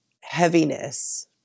heaviness